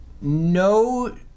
no